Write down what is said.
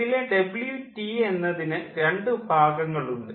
ഇതിൽ WT എന്നതിന് രണ്ട് ഭാഗങ്ങൾ ഉണ്ട്